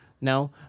No